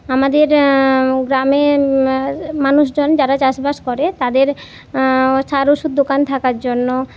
আমাদের গ্রামে মানুষজন যারা চাষবাস করে তাদের সার ওষুধ দোকান থাকার জন্য